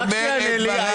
רק שיענה לי.